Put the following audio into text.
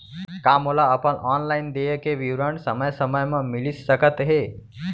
का मोला अपन ऑनलाइन देय के विवरण समय समय म मिलिस सकत हे?